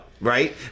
right